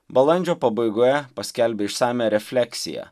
balandžio pabaigoje paskelbė išsamią refleksiją